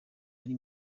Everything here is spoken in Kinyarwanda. ari